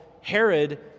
Herod